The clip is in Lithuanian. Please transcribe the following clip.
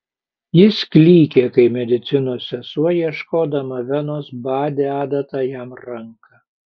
jis klykė kai medicinos sesuo ieškodama venos badė adata jam ranką